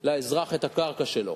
לאזרח את הקרקע שלו.